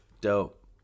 Dope